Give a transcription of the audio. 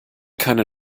keine